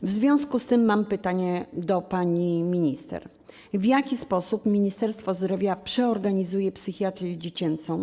W związku z tym mam pytania do pani minister: W jaki sposób Ministerstwo Zdrowia przeorganizuje psychiatrię dziecięcą?